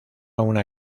una